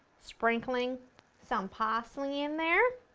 sprinkling some parsley in there.